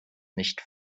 nicht